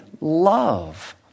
love